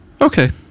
Okay